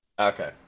Okay